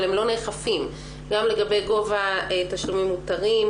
אבל הם לא נאכפים גם לגבי גובה התשלומים המותרים,